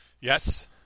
Yes